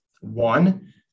One